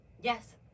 Yes